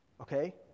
okay